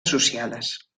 associades